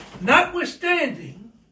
Notwithstanding